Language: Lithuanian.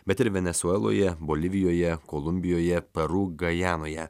bet ir venesueloje bolivijoje kolumbijoje peru gajanoje